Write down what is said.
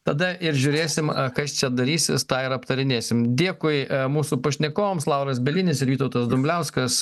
tada ir žiūrėsim kas čia darysis tą ir aptarinėsim dėkui mūsų pašnekovams lauras bielinis ir vytautas dumbliauskas